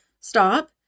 stop